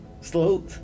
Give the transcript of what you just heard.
Slow